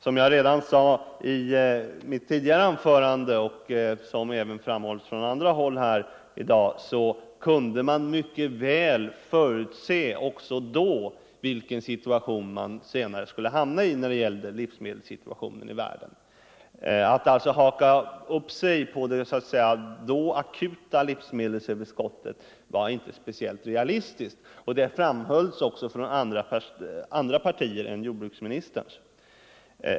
Som jag sade redan i mitt tidigare anförande och som även har framhållits från andra håll i dag kunde man mycket väl också då förutse hur livsmedelssituationen i världen senare skulle bli. Att haka upp sig på det då akuta livsmedelsöverskottet var inte speciellt realistiskt. Det betonades också av andra partier än jordbruksministerns.